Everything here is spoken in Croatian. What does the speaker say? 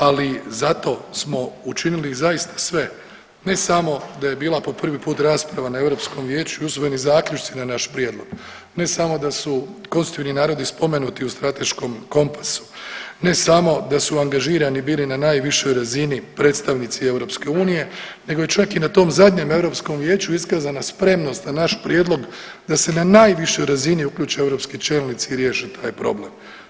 Ali zato smo učinili zaista sve, ne samo da je bila po prvi puta rasprava na Europskom Vijeću i usvojeni zaključci na naš prijedlog, ne samo da su konstitutivni narodi spomenuti u strateškom kompasu, ne samo da su angažirani bili na najvišoj razini predstavnici EU nego je čak i na tom zadnjem Europskom Vijeću iskazana spremnost na naš prijedlog da se na najvišoj razini uključe europski čelnici i riješe taj problem.